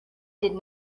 did